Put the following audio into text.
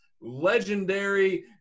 legendary